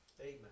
Amen